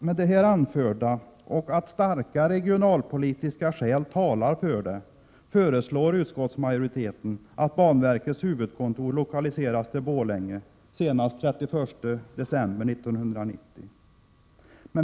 Med hänvisning till att starka regionalpolitiska skäl talar för det föreslår utskottsmajoriteten att banverkets huvudkontor lokaliseras till Borlänge senast den 31 december 1990.